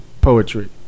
poetry